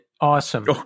awesome